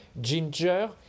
Ginger